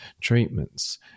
treatments